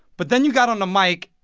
but then you got on the mic.